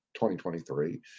2023